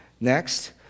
Next